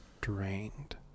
drained